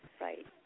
Right